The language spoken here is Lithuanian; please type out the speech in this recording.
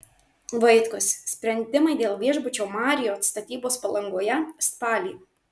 vaitkus sprendimai dėl viešbučio marriott statybos palangoje spalį